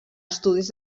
estudis